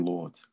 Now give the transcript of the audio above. Lord